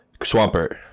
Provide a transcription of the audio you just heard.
Swampert